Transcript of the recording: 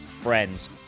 Friends